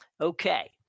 okay